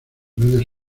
redes